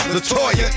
Latoya